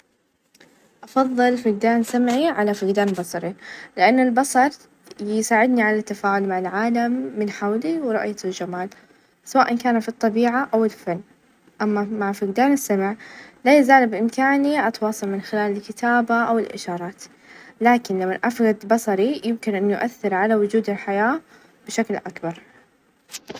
أفظل فقدان سمعي على فقدان بصري؛ لأن البصر يساعدني على التفاعل مع العالم من حولي ورؤية الجمال سواء أن كان في الطبيعة، أو الفن، أما -م- مع فقدان السمع لا يزال بإمكاني أتواصل من خلال الكتابة، أو الإشارات ، لكن لمن أفقد بصري يمكن أن يؤثر على وجود الحياة بشكل أكبر.